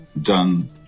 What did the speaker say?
done